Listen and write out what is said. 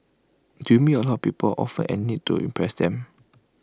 do you meet A lot of people often and need to impress them